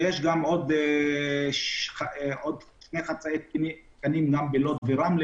יש עוד שני חצאים תקנים גם בלוד וברמלה